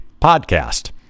podcast